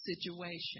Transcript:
situation